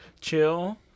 chill